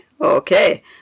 Okay